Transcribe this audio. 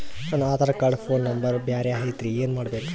ನನ Aadhaar card phone number ಬ್ಯಾರೆ ಐತ್ರಿ ಏನ ಮಾಡಬೇಕು?